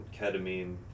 ketamine